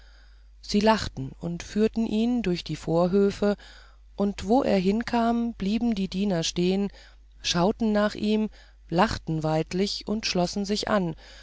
sie lachten und führten ihn durch die vorhöfe und wo er hinkam blieben die diener stehen schauten nach ihm lachten weidlich und schlossen sich an